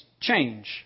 change